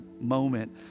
moment